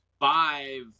Five